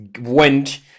went